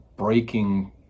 breaking